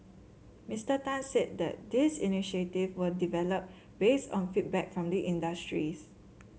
Mister Tan said these initiative were developed based on feedback from the industries